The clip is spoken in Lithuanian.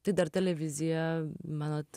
tai dar televizija manot